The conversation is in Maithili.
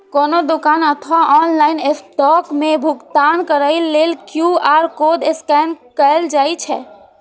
कोनो दुकान अथवा ऑनलाइन स्टोर मे भुगतान करै लेल क्यू.आर कोड स्कैन कैल जाइ छै